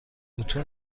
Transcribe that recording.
اتو